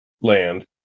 land